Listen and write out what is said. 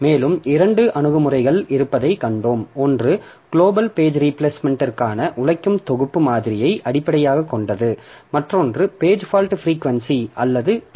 மேலும் இரண்டு அணுகுமுறைகள் இருப்பதைக் கண்டோம் ஒன்று குளோபல் பேஜ் ரீபிளேஸ்மெண்ட்ற்கான உழைக்கும் தொகுப்பு மாதிரியை அடிப்படையாகக் கொண்டது மற்றொன்று பேஜ் ஃபால்ட் பிரீகொன்சி அல்லது பி